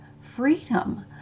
freedom